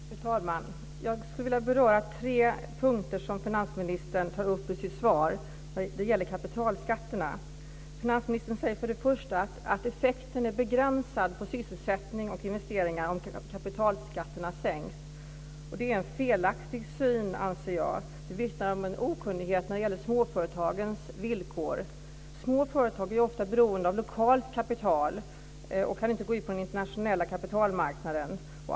Fru talman! Jag skulle vilja beröra tre punkter som finansministern tar upp i sitt svar. Det gäller kapitalskatterna. Finansministern säger först att effekten är begränsad på sysselsättning och investeringar om kapitalskatterna sänks. Det är en felaktig syn, anser jag. Det vittnar om en okunnighet när det gäller småföretagens villkor. Små företag är ofta beroende av lokalt kapital och kan inte gå ut på den internationella kapitalmarknaden.